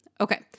Okay